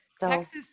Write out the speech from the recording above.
Texas